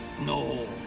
No